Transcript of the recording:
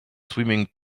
swimming